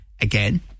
again